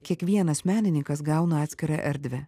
kiekvienas menininkas gauna atskirą erdvę